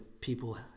people